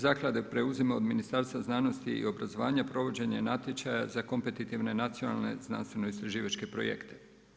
Zaklada preuzima od Ministarstva znanosti i obrazovanja provođenje natječaja za kompetitivne nacionalne, znanstveno-istraživačke projekte.